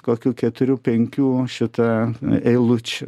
kokių keturių penkių šita eilučių